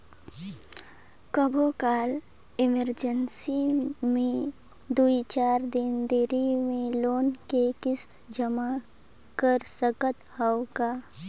कभू काल इमरजेंसी मे दुई चार दिन देरी मे लोन के किस्त जमा कर सकत हवं का?